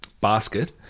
basket